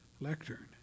lectern